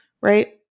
right